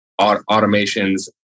automations